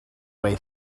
way